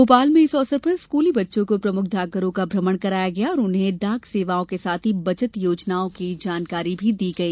भोपाल में इस अवसर पर स्कूली बच्चों को प्रमुख डाकघरों का भ्रमण कराया गया और उन्हें डाक सेवाओं के साथ ही बचत योजनाओं की जानकारी दी गई